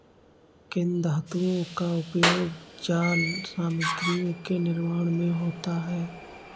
किन धातुओं का उपयोग जाल सामग्रियों के निर्माण में होता है?